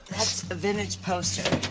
a vintage poster.